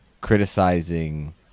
criticizing